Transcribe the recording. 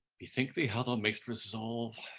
bethink thee how thou may'st resolve,